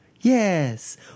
Yes